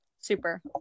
Super